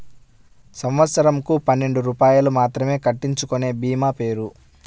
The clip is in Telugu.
సంవత్సరంకు పన్నెండు రూపాయలు మాత్రమే కట్టించుకొనే భీమా పేరు?